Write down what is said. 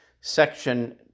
section